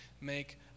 make